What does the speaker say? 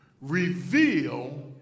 reveal